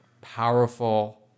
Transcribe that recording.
powerful